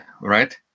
right